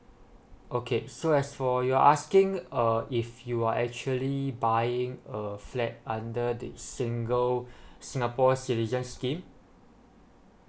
okay so as for your asking err if you are actually buying a flat under the single singapore citizen scheme